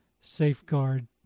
safeguard